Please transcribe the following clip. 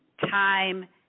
time